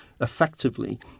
effectively